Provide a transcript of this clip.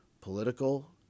political